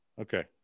Okay